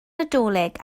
nadolig